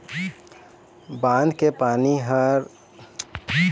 बांध के पानी ले सहर म पीए के पानी जाथे अउ सबले जादा सिंचई के बूता होथे